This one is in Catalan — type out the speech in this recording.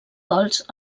gols